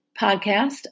podcast